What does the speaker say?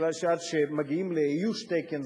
אלא בגלל שעד שמגיעים לאיוש תקן,